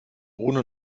ohne